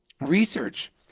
research